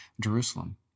Jerusalem